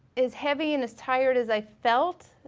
as heavy and as tired as i felt,